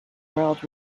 world